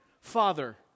Father